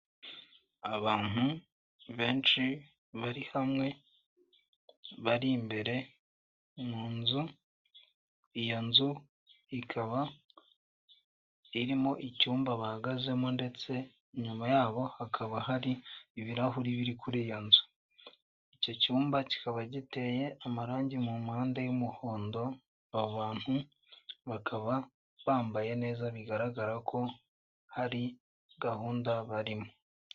Abantu benshi bari hamwe, bari imbere mu nzu, iyo nzu ikaba irimo icyumba bahagazemo ndetse inyuma yabo hakaba hari ibirahuri biri kuri iyo inzu. Icyo cyumba kikaba giteye amarangi mu mpande y'umuhondo, abo bantu bakaba bambaye neza bigaragara ko hari gahunda barimo.